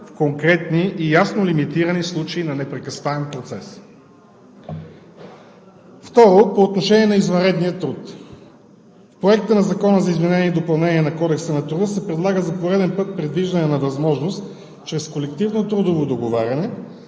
в конкретни и ясно лимитирани случаи на непрекъсваем процес. Второ, по отношение на извънредния труд. В Проекта на закона за изменение и допълнение на Кодекса на труда се предлага за пореден път предвиждане на възможност чрез колективно трудово договаряне